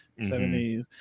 70s